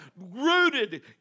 rooted